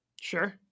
Sure